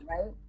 Right